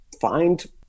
find